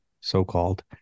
so-called